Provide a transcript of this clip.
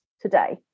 today